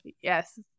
yes